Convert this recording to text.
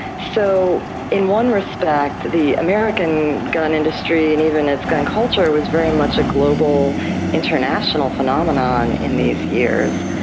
so in one respect the american gun industry and even its gun culture was very much a global international phenomenon in these years,